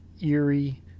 eerie